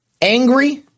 angry